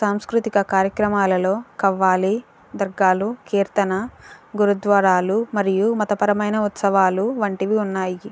సాంస్కృతిక కార్యక్రమాలలో కవ్వాలి దర్గాలు కీర్తన గురుధ్వారాలు మరియు మతపరమైన ఉత్సవాలు వంటివి ఉన్నాయి